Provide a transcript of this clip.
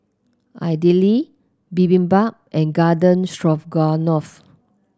Idili Bibimbap and Garden Stroganoff